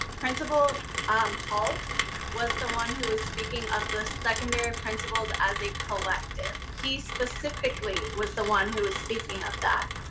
principal um halt was the one who was speaking of the secondary principals as a collective. he specifically was the one who was speaking of that.